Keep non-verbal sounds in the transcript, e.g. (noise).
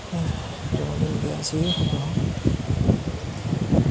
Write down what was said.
(unintelligible)